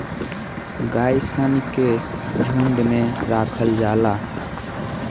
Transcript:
गाय सन के झुंड में राखल जाला